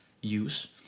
use